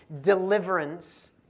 deliverance